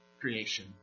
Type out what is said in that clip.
creation